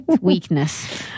Weakness